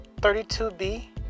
32B